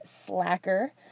Slacker